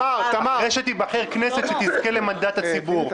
אחרי שתיבחר כנסת שתזכה למנדט הציבור,